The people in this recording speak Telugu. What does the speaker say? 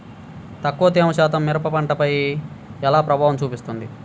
తక్కువ తేమ శాతం మిరప పంటపై ఎలా ప్రభావం చూపిస్తుంది?